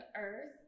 earth